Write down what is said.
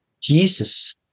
Jesus